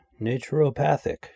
Naturopathic